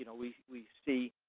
you know we we see,